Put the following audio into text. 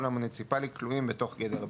המוניציפלי כלואים בתוך גדר הביטחון.